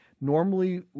Normally